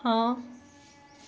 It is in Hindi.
हाँ